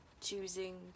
choosing